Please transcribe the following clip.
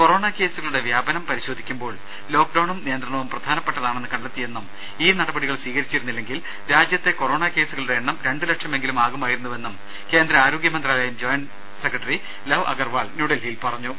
corona കേസുകളുടെ വ്യാപനം പരിശോധിക്കുമ്പോൾ ലോക്ഡൌണും കണ്ടെത്തിയെന്നും ഈ നടപടികൾ സ്വീകരിച്ചില്ലെങ്കിൽ രാജ്യത്തെ കൊറോണ കേസുകളുടെ എണ്ണം രണ്ടുലക്ഷമെങ്കിലും ആകുമായിരുന്നെന്നും കേന്ദ്ര ആരോഗ്യമന്ത്രാലയം ജോയിന്റ് സെക്രട്ടറി ലവ് അഗർവാൾ ന്യൂഡൽഹിയിൽ പറഞ്ഞു